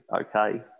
okay